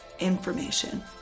information